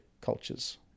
cultures